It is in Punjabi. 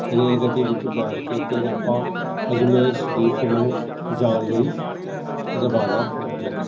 ਰੇਲ ਗੱਡੀ ਵਿੱਚ ਬੈਠ ਕੇ ਅਤੇ ਆਪਾਂ ਅਜਮੇਰ ਸ਼ਰੀਫ ਨੂੰ ਜਾਣ ਲਈ ਰਵਾਨਾ ਹੋ ਗਏ